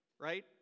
right